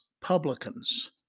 publicans